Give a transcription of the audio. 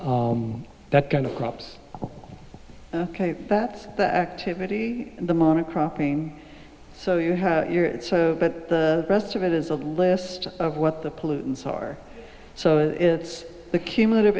the that kind of crops ok that's the activity in the monic cropping so you have your it so but the rest of it is a list of what the pollutants are so it's the cumulative